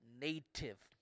native